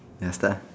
ya start